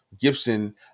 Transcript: Gibson